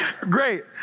Great